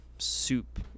Soup